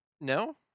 no